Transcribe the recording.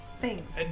thanks